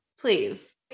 please